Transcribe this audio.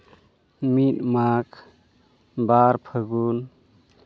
ᱢᱤᱫ ᱢᱟᱜᱽ ᱵᱟᱨ ᱯᱷᱟᱹᱜᱩᱱ